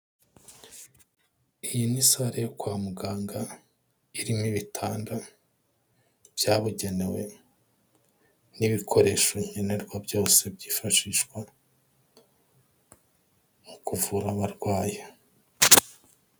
Iyi ni salle yo kwa muganga, irimo ibitanda byabugenewe, n'ibikoresho nkenerwa byose byifashishwa, mu kuvura abarwayi.